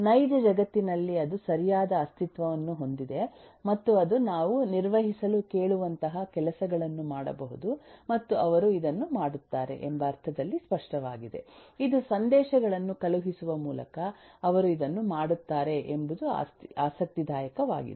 ನೈಜ ಜಗತ್ತಿನಲ್ಲಿ ಅದು ಸರಿಯಾದ ಅಸ್ತಿತ್ವವನ್ನು ಹೊಂದಿದೆ ಮತ್ತು ಅದು ನಾವು ನಿರ್ವಹಿಸಲು ಕೇಳುವಂತಹ ಕೆಲಸಗಳನ್ನು ಮಾಡಬಹುದು ಮತ್ತು ಅವರು ಇದನ್ನು ಮಾಡುತ್ತಾರೆ ಎಂಬ ಅರ್ಥದಲ್ಲಿ ಸ್ಪಷ್ಟವಾಗಿದೆ ಇದು ಸಂದೇಶಗಳನ್ನು ಕಳುಹಿಸುವ ಮೂಲಕ ಅವರು ಇದನ್ನು ಮಾಡುತ್ತಾರೆ ಎಂಬುದು ಆಸಕ್ತಿದಾಯಕವಾಗಿದೆ